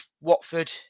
Watford